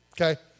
Okay